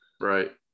Right